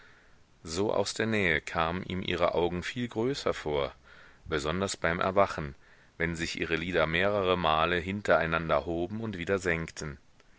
so aus der nähe kamen ihm ihre augen viel größer vor besonders beim erwachen wenn sich ihre lider mehrere male hintereinander hoben und wieder senkten